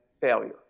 failure